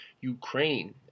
Ukraine